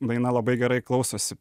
daina labai gerai klausosi